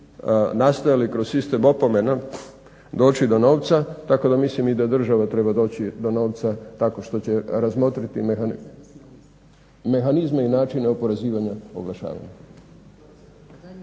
nastojali kroz sistem opomena doći do novca tako da mislim i da država treba doći do novca tako što će razmotriti mehanizme i načine oporezivanja u oglašavanju.